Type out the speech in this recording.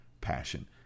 passion